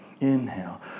inhale